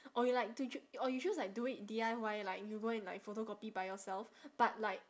or you like to ch~ or you choose like do it D_I_Y like you go and like photocopy by yourself but like